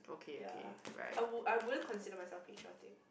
ya I would I wouldn't consider myself patriotic